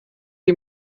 die